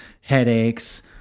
headaches